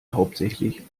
hauptsächlich